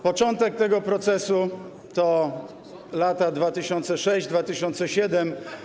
Początek tego procesu to lata 2006-2007.